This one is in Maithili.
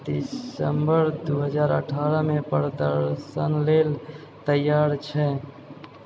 दिसम्बर दू हजार अठारह मे प्रदर्शन लेल तैयार छै